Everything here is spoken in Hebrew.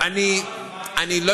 עכשיו, אני, עוד כמה זמן?